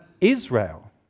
israel